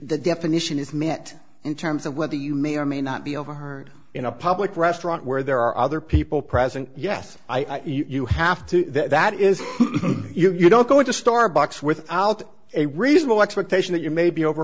the definition is met in terms of whether you may or may not be overheard in a public restaurant where there are other people present yes i think you have to that is you don't go into starbucks without a reasonable expectation that you may be over